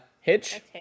Hitch